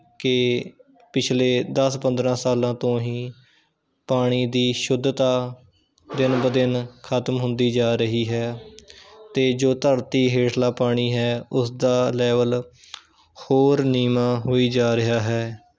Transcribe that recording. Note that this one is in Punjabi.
ਕਿ ਪਿਛਲੇ ਦਸ ਪੰਦਰ੍ਹਾਂ ਸਾਲਾਂ ਤੋਂ ਹੀ ਪਾਣੀ ਦੀ ਸ਼ੁੱਧਤਾ ਦਿਨ ਬ ਦਿਨ ਖ਼ਤਮ ਹੁੰਦੀ ਜਾ ਰਹੀ ਹੈ ਅਤੇ ਜੋ ਧਰਤੀ ਹੇਠਲਾ ਪਾਣੀ ਹੈ ਉਸਦਾ ਲੈਵਲ ਹੋਰ ਨੀਵਾਂ ਹੋਈ ਜਾ ਰਿਹਾ ਹੈ